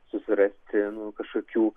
susirasti kažkokių